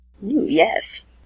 yes